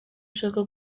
ushaka